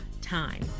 time